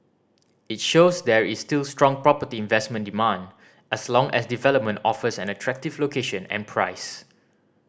it shows there is still strong property investment demand as long as a development offers an attractive location and price